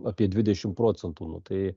apie dvidešimt procentų nu tai